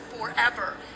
forever